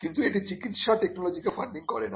কিন্তু এটি চিকিৎসা টেকনোলজি কে ফান্ডিং করে না